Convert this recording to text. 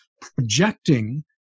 projecting